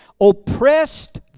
oppressed